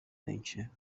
venture